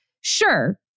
sure